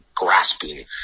Grasping